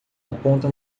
aponta